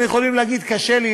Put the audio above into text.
הם יכולים להגיד: קשה לי,